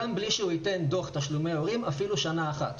גם בלי שהוא ייתן דוח תשלומי הורים אפילו שנה אחת.